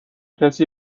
کسی